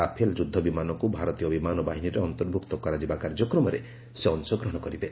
Rafale ଯୁଦ୍ଧ ବିମାନକୁ ଭାରତୀୟ ବିମାନ ବାହିନୀରେ ଅନ୍ତର୍ଭୁକ୍ତ କରାଯିବା କାର୍ଯ୍ୟକ୍ରମରେ ସେ ଅଂଶ ଗ୍ରହଣ କରିବେ